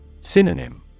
Synonym